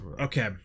Okay